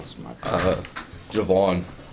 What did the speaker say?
Javon